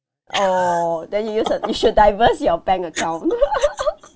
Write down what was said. oh then you use a you should diverse your bank account